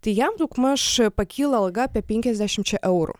tai jam daugmaž pakyla alga apie penkiasdešimčia eurų